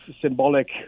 symbolic